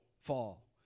fall